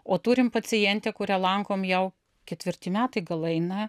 o turim pacientę kurią lankom jau ketvirti metai gal eina